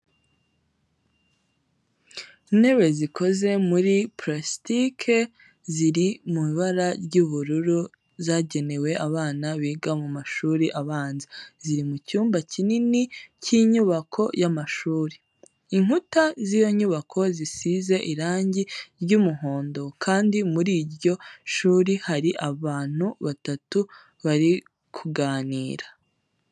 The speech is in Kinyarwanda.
Intebe zikoze muri purasitike ziri mu ibara ry’ubururu zagenewe abana biga mu mashuri abanza ziri mu cyumba kinini cy’inyubako y’amashuri. Inkuta z’iyo nyubako zisize irangi ry’umuhondo kandi muri iryo shuri hari abantu batatu bari kuganira.